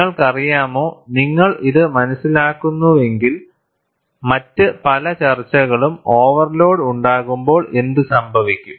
നിങ്ങൾക്കറിയാമോ നിങ്ങൾ ഇത് മനസിലാക്കുന്നുവെങ്കിൽ മറ്റ് പല ചർച്ചകളും ഓവർലോഡ് ഉണ്ടാകുമ്പോൾ എന്തുസംഭവിക്കും